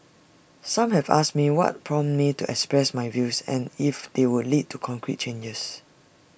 some have asked me what prompted me to express my views and if they would lead to concrete changes